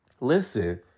Listen